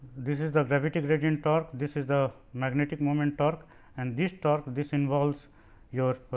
this is the gravity gradient torque this is the magnetic moment torque and this torque but this involves your